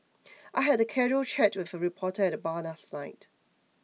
I had a casual chat with a reporter at the bar last night